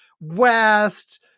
West